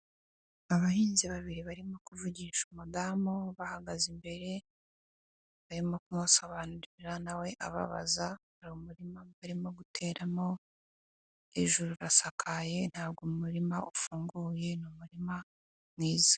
Abahinzi babiri barimo kuvugisha umudamu ubahagaze imbere barimo kumusobanurira na we ababaza hari umurima barimo guteramo hejuru urasakaye ntabwo umurima ufunguye ni umurima mwiza.